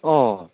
অঁ